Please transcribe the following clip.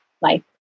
life